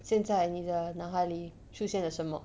现在你的脑海里出现了什么